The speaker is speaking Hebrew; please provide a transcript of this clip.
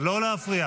לא להפריע.